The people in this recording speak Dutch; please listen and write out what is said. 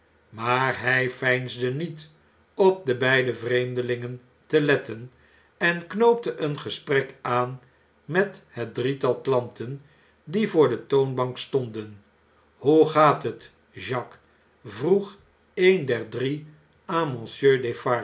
maar hjj veinsde niet op de beide vreemdelingen te letten en knoopte een gesprek aan met het drietal klanten die voor de toonbank stonden hoe gaat het jacques vroeg een der drie aan